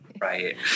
right